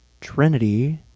Trinity